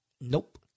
Nope